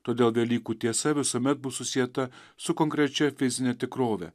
todėl dalykų tiesa visuomet bus susieta su konkrečia fizine tikrove